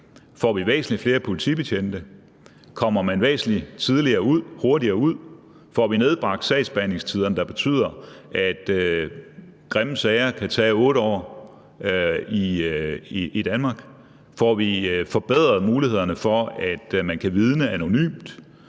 Får vi væsentlig flere politibetjente? Kommer man væsentlig hurtigere ud? Får vi nedbragt sagsbehandlingstiderne, der betyder, at grimme sager kan tage 8 år i Danmark? Får vi forbedret mulighederne for, at man kan vidne anonymt